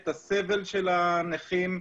את הסבל של הנכים,